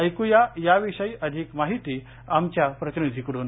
ऐक्या या विषयी अधिक माहिती आमच्या प्रतिनिधीकडून